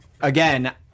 again